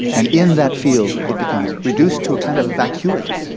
and in that field it becomes reduced to a kind of vacuity,